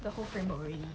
the whole framework already